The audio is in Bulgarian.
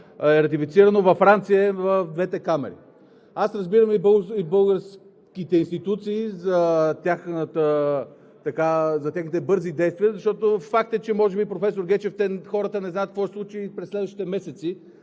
ратифицирано е във Франция в двете камари. Аз разбирам и българските институции за техните бързи действия, защото факт е, че може би, професор Гечев, хората не знаят какво ще се случи и през следващите месеци,